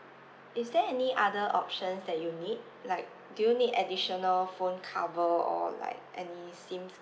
is there any other options that you need like do you need additional phone cover or like any SIM